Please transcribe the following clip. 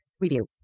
Review